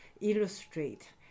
illustrate